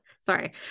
Sorry